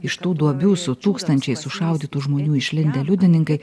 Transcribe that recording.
iš tų duobių su tūkstančiais sušaudytų žmonių išlindę liudininkai